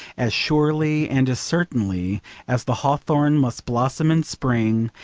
as surely and as certainly as the hawthorn must blossom in spring,